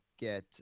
get